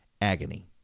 agony